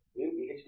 మీరు పీహెచ్డీ